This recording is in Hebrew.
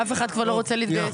נכון, אף אחד כבר לא רוצה להתגייס.